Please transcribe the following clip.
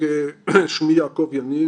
שמי יעקב יניב,